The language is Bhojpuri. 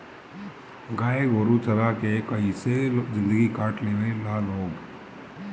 गाय गोरु चारा के कइसो जिन्दगी काट लेवे ला लोग